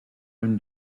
own